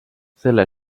selle